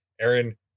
Aaron